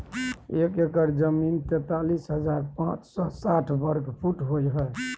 एक एकड़ जमीन तैंतालीस हजार पांच सौ साठ वर्ग फुट होय हय